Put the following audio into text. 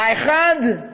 האחד,